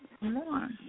more